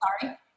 sorry